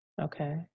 Okay